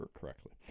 correctly